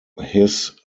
his